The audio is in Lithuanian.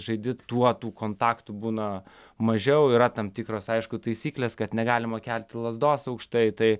žaidi tuo tų kontaktų būna mažiau yra tam tikros aišku taisyklės kad negalima kelti lazdos aukštai tai